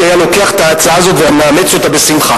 היה לוקח את ההצעה הזאת והיה מאמץ אותה בשמחה.